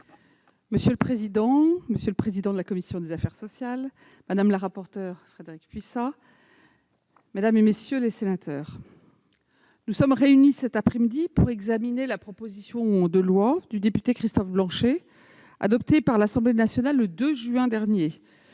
Monsieur le président, monsieur le président de la commission des affaires sociales, madame la rapporteure, mesdames, messieurs les sénateurs, nous sommes réunis cet après-midi pour examiner la proposition de loi du député Christophe Blanchet, adoptée par l'Assemblée nationale le 2 juin dernier,